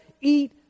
eat